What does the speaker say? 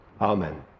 amen